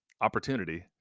opportunity